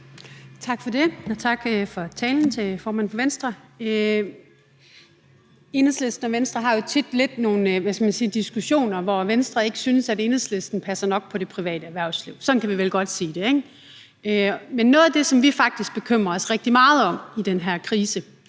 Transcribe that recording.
Tak for det. Tak for talen til formanden for Venstre. Enhedslisten og Venstre har jo tit nogle diskussioner, hvor Venstre ikke synes, Enhedslisten passer nok på det private erhvervsliv. Sådan kan vi vel godt sige det, ikke? Men noget af det, som vi faktisk bekymrer os rigtig meget om i den her krise